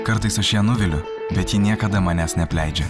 kartais aš ją nuviliu bet ji niekada manęs neapleidžia